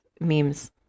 memes